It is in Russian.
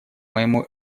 моему